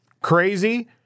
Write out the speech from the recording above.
crazy